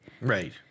Right